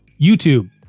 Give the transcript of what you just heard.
YouTube